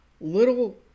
little